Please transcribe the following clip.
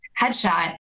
headshot